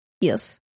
Yes